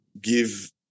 give